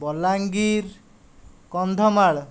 Balangir Kandhamal